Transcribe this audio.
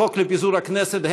החוק לפיזור הכנסת,